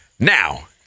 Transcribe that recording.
Now